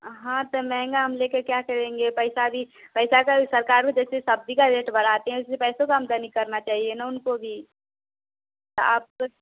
हाँ तो महँगा हम ले कर क्या करेंगे पैसा भी पैसा अगर सरकारो जैसे सब्ज़ी का रेट बढ़ाते हैं वैसे ही पैसो का आमदनी करना चाहिए ना उनको भी आप